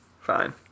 fine